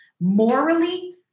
Morally